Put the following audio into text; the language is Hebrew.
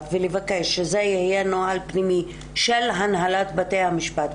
ולבקש שזה יהיה נוהל פנימי של הנהלת בתי המשפט.